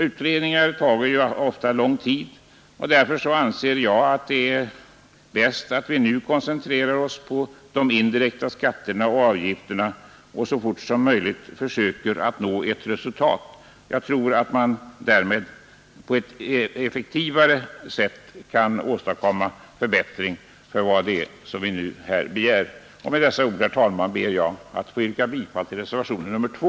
Utredningar tar ju ofta lång tid, och därför anser jag att det är bäst att nu koncentrera sig på de indirekta skatterna och avgifterna och så fort som möjligt försöka nå ett resultat. Jag tror att man därmed på ett effektivare sätt kan åstadkomma förbättringar i fråga om det vi nu begär. Med dessa ord, herr talman, ber jag att få yrka bifall till reservationen 2.